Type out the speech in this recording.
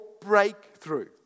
breakthrough